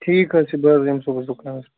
ٹھیٖک حظ چھُ بہٕ حظ یِمہٕ صُبحس دُکانَس پٮ۪ٹھ